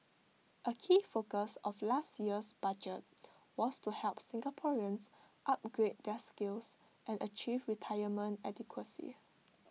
A key focus of last year's budget was to help Singaporeans upgrade their skills and achieve retirement adequacy